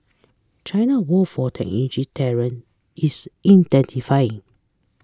China war for technology talent is intensifying